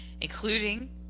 including